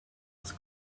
mrs